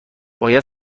باید